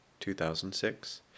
2006